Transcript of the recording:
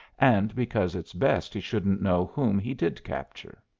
and because it's best he shouldn't know whom he did capture.